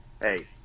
hey